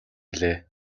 билээ